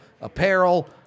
apparel